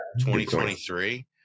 2023